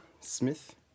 Smith